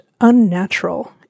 unnatural